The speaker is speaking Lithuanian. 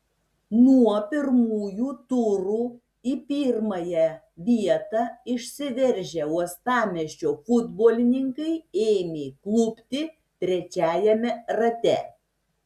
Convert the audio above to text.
nuo pirmųjų turų į pirmąją vietą išsiveržę uostamiesčio futbolininkai ėmė klupti trečiajame rate